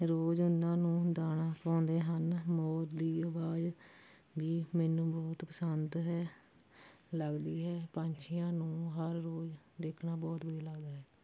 ਰੋਜ਼ ਉਹਨਾਂ ਨੂੰ ਦਾਣਾ ਪਾਉਂਦੇ ਹਨ ਮੋਰ ਦੀ ਆਵਾਜ਼ ਵੀ ਮੈਨੂੰ ਬਹੁਤ ਪਸੰਦ ਹੈ ਲੱਗਦੀ ਹੈ ਪੰਛੀਆਂ ਨੂੰ ਹਰ ਰੋਜ਼ ਦੇਖਣਾ ਬਹੁਤ ਵਧੀਆ ਲੱਗਦਾ ਹੈ